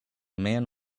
man